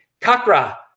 Kakra